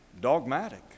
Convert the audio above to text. dogmatic